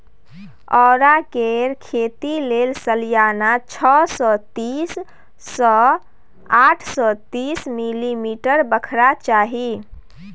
औरा केर खेती लेल सलियाना छअ सय तीस सँ आठ सय तीस मिलीमीटर बरखा चाही